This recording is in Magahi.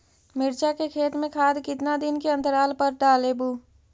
मिरचा के खेत मे खाद कितना दीन के अनतराल पर डालेबु?